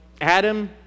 Adam